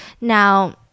now